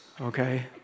okay